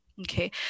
Okay